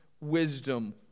wisdom